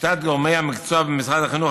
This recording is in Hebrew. לשיטת גורמי המקצוע במשרד החינוך,